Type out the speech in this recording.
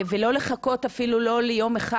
ולא לחכות אפילו לא יום אחד,